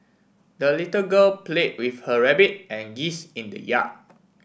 the little girl play with her rabbit and geese in the yard